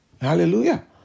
Hallelujah